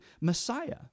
Messiah